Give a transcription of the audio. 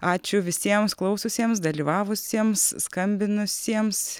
ačiū visiems klaususiems dalyvavusiems skambinusiems